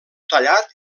tallat